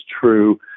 true